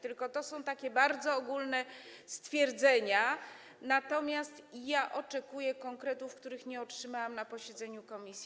Tylko to są takie bardzo ogólne stwierdzenia, natomiast ja oczekuję konkretów, których nie otrzymałam na posiedzeniu komisji.